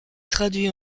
traduit